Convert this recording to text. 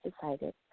decided